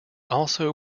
also